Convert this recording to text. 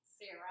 Sarah